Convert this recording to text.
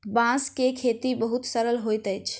बांस के खेती बहुत सरल होइत अछि